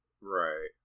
Right